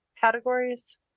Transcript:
categories